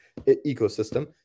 ecosystem